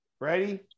Ready